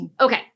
okay